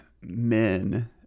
men